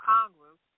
Congress